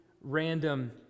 random